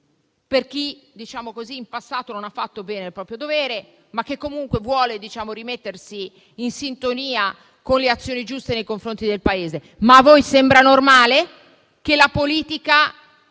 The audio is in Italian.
da chi in passato non ha fatto bene il proprio dovere ma vuole comunque rimettersi in sintonia con le azioni giuste nei confronti del Paese. Ma a voi sembra normale che la politica